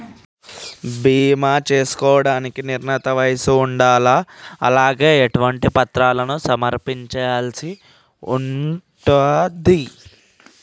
బీమా చేసుకోవడానికి నిర్ణీత వయస్సు ఉండాలా? అలాగే ఎటువంటి పత్రాలను సమర్పించాల్సి ఉంటది?